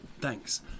thanks